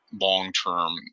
long-term